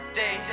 day